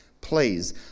please